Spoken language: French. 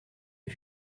est